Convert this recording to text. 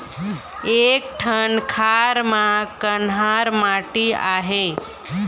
एक ठन खार म कन्हार माटी आहे?